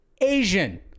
Asian